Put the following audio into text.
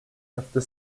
after